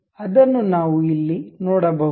ಅದನ್ನು ನಾವು ಇಲ್ಲಿ ನೋಡಬಹುದು